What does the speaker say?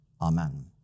Amen